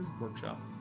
workshop